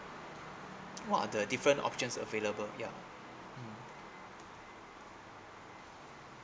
what are the different options available yeah mm